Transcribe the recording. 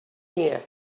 here